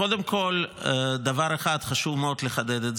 קודם כול, דבר אחד חשוב מאוד לחדד.